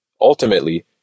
Ultimately